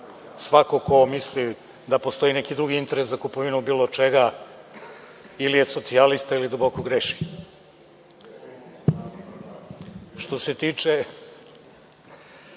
Svako ko misli da postoji neki drugi interes za kupovinu bilo čega ili je socijalista ili duboko greši. Što